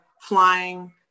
flying